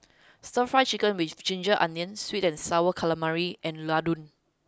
stir fry chicken with ginger onions sweet and sour calamari and laddu